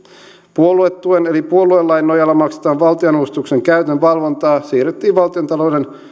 puoluetuen eli puoluelain nojalla maksettavan valtionavustuksen käytön valvontaa siirrettiin valtiontalouden